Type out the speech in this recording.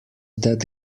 that